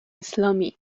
اسلامی